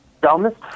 dumbest